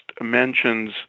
mentions